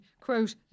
quote